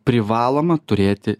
privaloma turėti